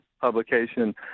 publication